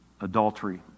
adultery